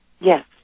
Yes